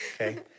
Okay